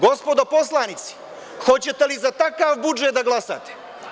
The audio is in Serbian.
Gospodo poslanici, hoćete li za takav budžet da glasate?